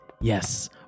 Yes